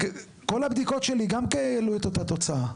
כל הבדיקות שלי גם כן העלו את אותה תוצאה.